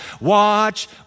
watch